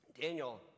Daniel